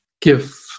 give